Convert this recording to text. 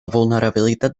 vulnerabilitat